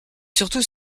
surtout